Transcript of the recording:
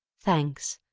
thanks.